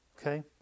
Okay